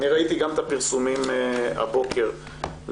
אני ראיתי גם את הפרסומים הבוקר לגבי